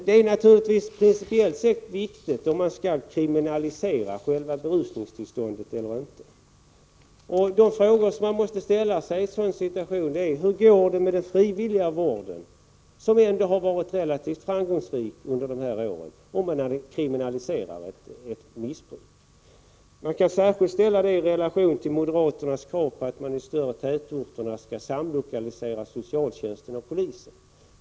Det är principiellt sett viktigt om man skall kriminalisera själva berusningstillståndet eller inte. Om man kriminaliserar ett missbruk, hur går det då med den frivilliga vården, som ändå varit relativt framgångsrik under dessa år? Man kan ställa detta i relation till moderaternas krav på att i större tätorter samlokalisera socialtjänsten och polisen.